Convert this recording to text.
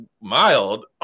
mild